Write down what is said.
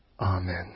Amen